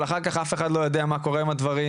אבל אחר כך אף אחד לא יודע מה קורה עם הדברים.